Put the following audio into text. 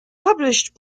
published